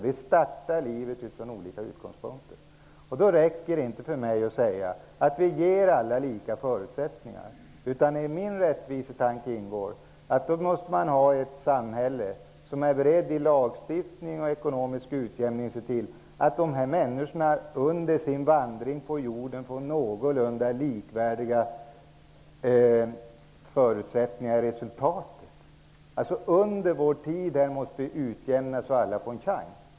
Vi startar livet från olika utgångspunkter. Då räcker det inte för mig att säga att vi ger alla lika förutsättningar. I min rättvisetanke ingår att vi måste ha ett samhälle som är berett att genom lagstiftning och ekonomisk utjämning se till att människorna under sin vandring på jorden får ett någorlunda lika resultat utifrån sina förutsättningar. Under vår tid här på jorden måste vi utjämna så att alla får en chans.